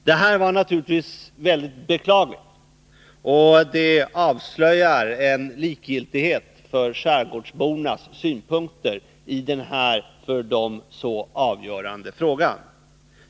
Det var naturligtvis beklagligt, och det avslöjar likgiltigheten för skärgårdsbornas synpunkter i denna för dem så avgörande fråga.